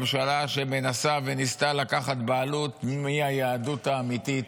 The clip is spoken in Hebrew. ממשלה שמנסה וניסתה לקחת בעלות על מהי היהדות האמיתית.